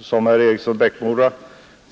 Som herr Eriksson i Bäckmora